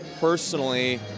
personally